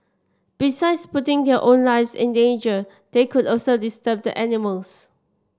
besides putting their own lives in danger they could also disturb the animals